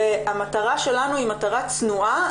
המטרה שלנו היא מטרה צנועה,